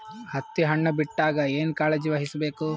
ಹತ್ತಿ ಹಣ್ಣು ಬಿಟ್ಟಾಗ ಏನ ಕಾಳಜಿ ವಹಿಸ ಬೇಕು?